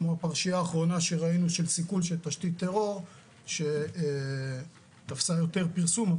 כמו הפרשייה האחרונה שראינו של סיכול של תשתית טרור שתפסה יותר פרסום,